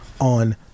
on